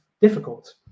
difficult